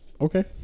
Okay